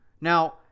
Now